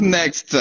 next